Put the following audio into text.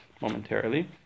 momentarily